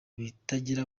bitagira